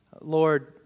Lord